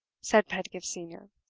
said pedgift senior.